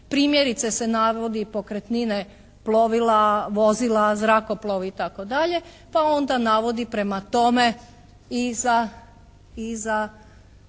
primjerice se navodi pokretnine plovila, vozila, zrakoplovi, itd., pa onda navodi prema tome i za